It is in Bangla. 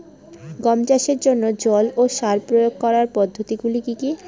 গম চাষের জন্যে জল ও সার প্রয়োগ করার পদ্ধতি গুলো কি কী?